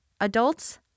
Adults